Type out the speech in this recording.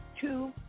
two